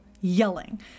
yelling